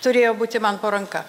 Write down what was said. turėjo būti man po ranka